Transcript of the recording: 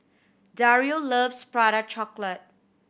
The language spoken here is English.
Dario loves Prata Chocolate